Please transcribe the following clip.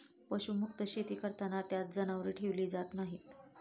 पशुमुक्त शेती करताना त्यात जनावरे ठेवली जात नाहीत